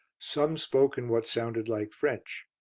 some spoke in what sounded like french.